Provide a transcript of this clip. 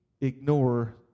ignore